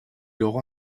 aura